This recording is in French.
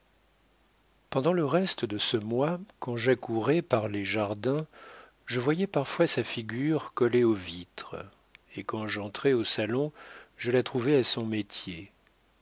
pendant le reste de ce mois quand j'accourais par les jardins je voyais parfois sa figure collée aux vitres et quand j'entrais au salon je la trouvais à son métier